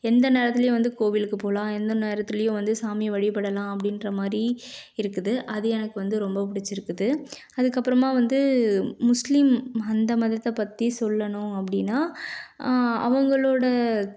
எந்த நேரத்திலயும் வந்து கோவிலுக்கு போகலாம் எந்த நேரத்துலேயும் வந்து சாமியை வழிபடலாம் அப்படின்ற மாதிரி இருக்குது அது எனக்கு வந்து ரொம்ப பிடிச்சிருக்குது அதுக்கப்புறமா வந்து முஸ்லிம் அந்த மதத்தை பற்றி சொல்லணும் அப்படின்னா அவங்களோடய